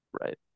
Right